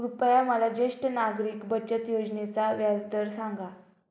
कृपया मला ज्येष्ठ नागरिक बचत योजनेचा व्याजदर सांगा